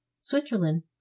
Switzerland